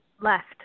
left